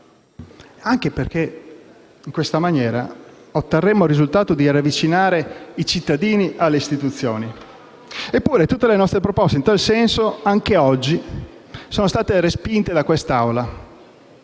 anche perché in questa maniera otterremmo il risultato di riavvicinare i cittadini alle istituzioni. Eppure, tutte le nostre proposte in tal senso, anche oggi, sono state respinte da questa